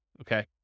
okay